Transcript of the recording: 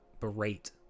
berate